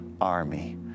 army